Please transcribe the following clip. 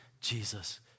Jesus